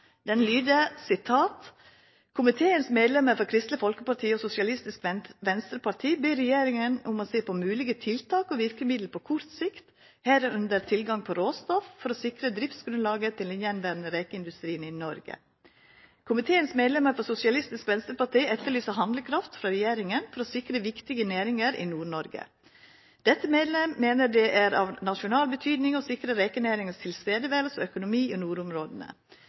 den gjenværende rekeindustrien i Norge. Komiteens medlem fra Sosialistisk Venstreparti etterlyser handlekraft fra regjeringen for å sikre viktige næringer i Nord-Norge. Dette medlem mener det er av nasjonal betydning å sikre rekenæringens tilstedeværelse og økonomi i nordområdene.